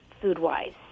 food-wise